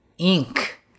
Ink